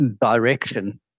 direction